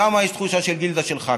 למה יש תחושה של גילדה של ח"כים?